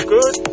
Good